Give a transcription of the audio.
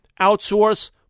outsource